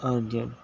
اور جب